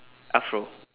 afro